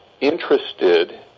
interested